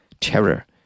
terror